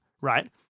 Right